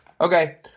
Okay